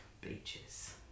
beaches